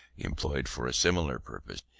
employed for a similar purpose,